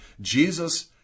Jesus